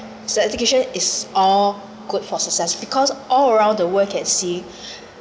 the education is all good for success because all around the world can see